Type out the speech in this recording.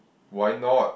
why not